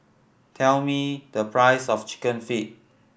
tell me the price of Chicken Feet